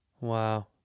Wow